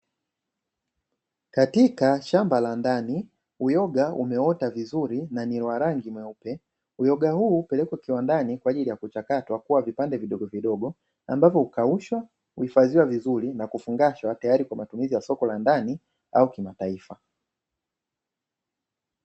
Katika shamba la ndani, uyoga umeota vizuri na ni wa rangi nyeupe. Uyoga huu hupelekwa kiwandani kwa ajili ya kuchakatwa kuwa vipande vidogovidogo, ambavyo hukaushwa, huhifadhiwa vizuri na kufungushwa; tayari kwa matumizi ya soko la ndani au kimataifa.